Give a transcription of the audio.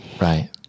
right